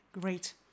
Great